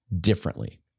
differently